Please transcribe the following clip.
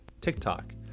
TikTok